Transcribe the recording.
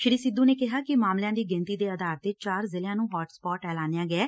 ਸ੍ਰੀ ਸਿੱਧੂ ਨੇ ਕਿਹਾ ਕਿ ਮਾਮਲਿਆਂ ਦੀ ਗਿਣਤੀ ਦੇ ਆਧਾਰ ਤੇ ਚਾਰ ਜ਼ਿਲਿਆਂ ਨੂੰ ਹੋਟ ਸਪੋਟ ਐਲਾਨਿਆ ਗਿਐ